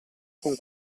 con